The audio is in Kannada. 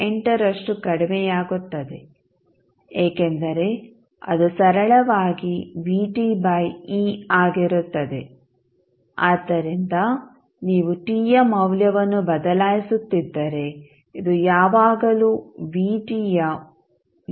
8 ರಷ್ಟು ಕಡಿಮೆಯಾಗುತ್ತದೆ ಏಕೆಂದರೆ ಅದು ಸರಳವಾಗಿ Vt ಬೈ e ಆಗಿರುತ್ತದೆ ಆದ್ದರಿಂದ ನೀವು t ಯ ಮೌಲ್ಯವನ್ನು ಬದಲಾಯಿಸುತ್ತಿದ್ದರೆ ಇದು ಯಾವಾಗಲೂ ವಿಟಿಯ 36